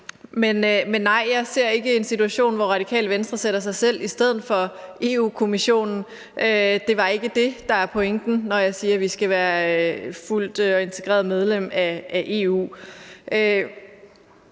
Men nej, jeg ser ikke en situation, hvor Radikale Venstre sætter sig selv i stedet for Europa-Kommissionen. Det var ikke det, der var pointen, når jeg sagde, at vi skal være fuldt integreret medlem af EU.